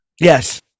yes